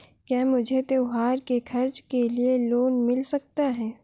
क्या मुझे त्योहार के खर्च के लिए लोन मिल सकता है?